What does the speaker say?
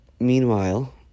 Meanwhile